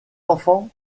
enfants